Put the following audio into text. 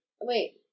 Wait